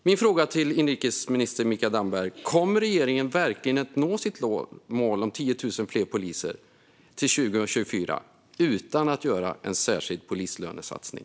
Min fråga till inrikesminister Mikael Damberg är: Kommer regeringen verkligen att nå sitt mål om 10 000 fler poliser till 2024 utan att göra en särskild polislönesatsning?